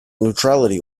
neutrality